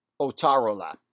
Otarola